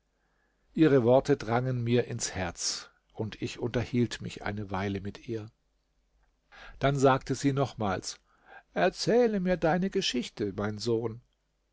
ihre worte drangen mir ins herz ich unterhielt mich eine weile mit ihr dann sagte sie nochmals erzähle mir deine geschichte mein sohn